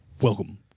Welcome